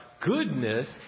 goodness